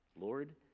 Lord